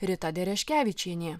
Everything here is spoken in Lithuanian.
rita dereškevičienė